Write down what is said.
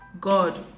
God